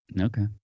Okay